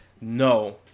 No